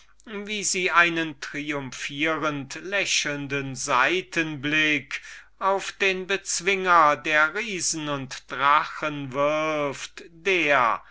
wie sie einen triumphierend lächelnden seitenblick auf den bezwinger der riesen und drachen wirft der